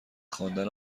خواندن